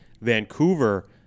Vancouver